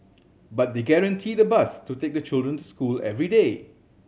but they guaranteed a bus to take the children to school every day